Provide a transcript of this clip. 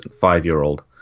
five-year-old